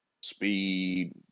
speed